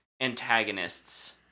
antagonists